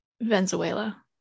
venezuela